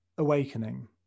awakening